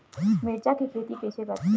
मिरचा के खेती कइसे करथे?